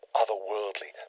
otherworldly